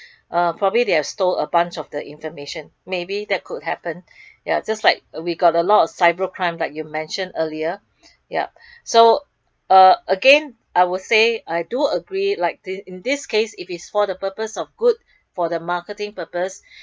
uh probably they have stole a bunch of the information maybe that could happen ya just like we got a lot of cyber crime like you mentioned earlier yup so uh again I would say I do agree like in this case it is for the purpose of good for the marketing purpose